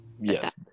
Yes